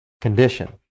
condition